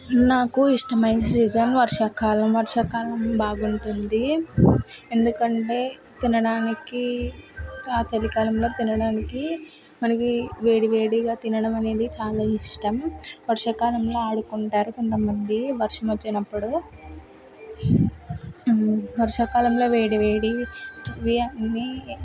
నాకు ఇష్టమైన సీజన్ వర్షాకాలం వర్షాకాలం బాగుంటుంది ఎందుకంటే తినడానికి చలికాలంలో తినడానికి మనకి వేడివేడిగా తినడం అనేది చాలా ఇష్టం వర్షాకాలంలో ఆడుకుంటారు కొంతమంది వర్షం వచ్చినప్పుడు వర్షాకాలంలో వేడి వేడి బిర్యానీ